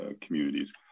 communities